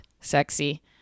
sexy